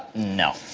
no.